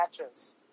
matches